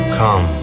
come